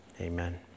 Amen